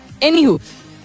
anywho